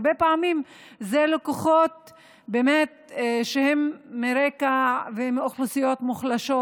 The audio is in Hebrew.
הרבה פעמים אלו לקוחות שהם מרקע חלש ומאוכלוסיות מוחלשות,